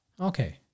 Okay